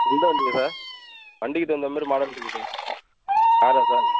எந்த வண்டியில் சார் வண்டிக்கு தகுந்த மாதிரி மாடல் இருக்குது சார் காரா சார்